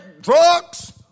drugs